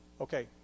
Okay